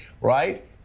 right